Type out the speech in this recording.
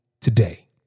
today